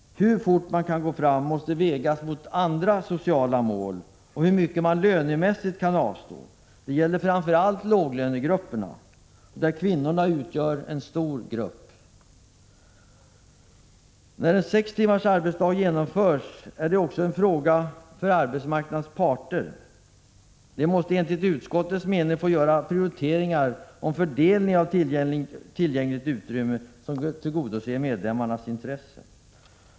Hur fort man kan gå fram måste vägas mot andra sociala mål och hur mycket man lönemässigt kan avstå. Det gäller framför allt för låglönegrupperna, där kvinnorna utgör en stor grupp. När en sextimmars arbetsdag kan genomföras är också en fråga för arbetsmarknadens parter. De måste enligt utskottets mening få göra prioriteringar om fördelningen av tillgängligt utrymme som tillgodoser medlemmars intresse.